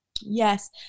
Yes